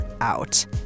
out